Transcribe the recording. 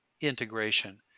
integration